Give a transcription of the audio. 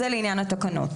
זה לעניין התקנות.